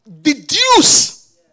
deduce